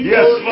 Yes